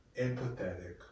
empathetic